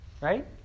right